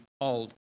Old